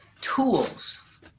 tools